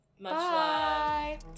Bye